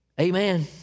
Amen